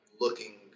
looking